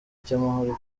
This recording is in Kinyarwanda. cy’amahoro